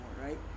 right